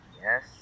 Yes